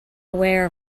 aware